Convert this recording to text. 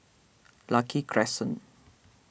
Lucky Crescent